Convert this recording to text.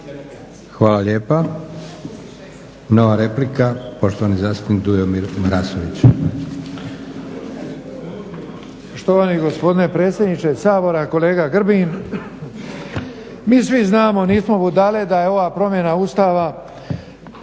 Hvala lijepa. Nova replika poštovani zastupnik Tomislav